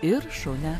ir šaunia